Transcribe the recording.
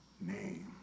name